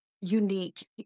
unique